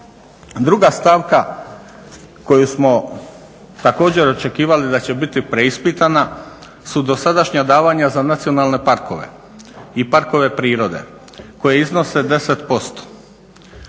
Druga stavka koju smo također očekivali da će biti preispitana su dosadašnja davanja za nacionalne parkove i parkove prirode koji iznose 10%.